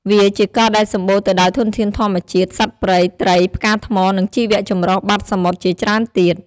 វាជាកោះដែលសម្បូរទៅដោយធនធានធម្មជាតិ សត្វព្រៃ ត្រី ផ្កាថ្ម និងជីវៈចម្រុះបាតសមុទ្រជាច្រើនទៀត។